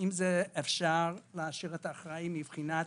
האם אפשר להשאיר את האחראי מבחינת